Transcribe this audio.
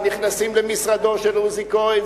נכנסים למשרדו של עוזי כהן,